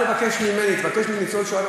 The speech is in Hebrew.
אני שואל, אל תבקש ממני, תבקש מניצול שואה.